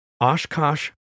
Oshkosh